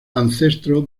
ancestro